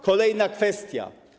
Kolejna kwestia.